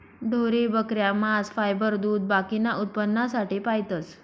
ढोरे, बकऱ्या, मांस, फायबर, दूध बाकीना उत्पन्नासाठे पायतस